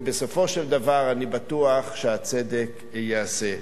ובסופו של דבר אני בטוח שהצדק ייעשה.